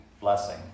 blessing